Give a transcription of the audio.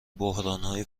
بحرانهای